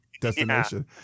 destination